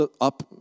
up